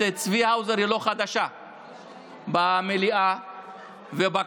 צבי האוזר הן לא חדשות במליאה ובכנסת.